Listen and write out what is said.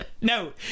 No